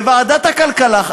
וועדת הכלכלה,